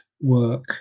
work